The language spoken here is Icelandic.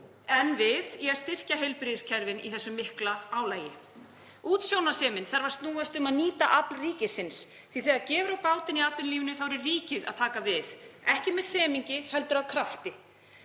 en við í að styrkja heilbrigðiskerfin í þessu mikla álagi. Útsjónarsemin þarf að snúast um að nýta afl ríkisins því þegar gefur á bátinn í atvinnulífinu verður ríkið að taka við, ekki með semingi heldur af krafti.